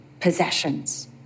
possessions